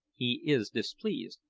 he is displeased,